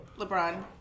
LeBron